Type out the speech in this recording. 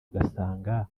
ugasanga